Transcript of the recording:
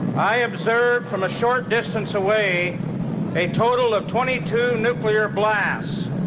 i observed from a short distance away a total of twenty two nuclear blasts,